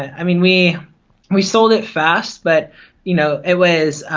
i mean we we sold it fast but you know it was